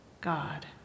God